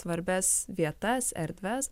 svarbias vietas erdves